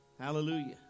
Hallelujah